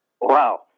Wow